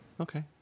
Okay